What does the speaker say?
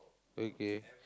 okay